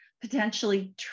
potentially